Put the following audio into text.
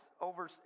over